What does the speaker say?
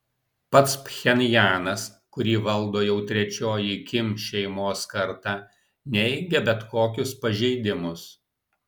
pats pchenjanas kurį valdo jau trečioji kim šeimos karta neigia bet kokius pažeidimus